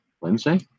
Wednesday